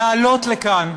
לעלות לכאן,